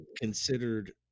considered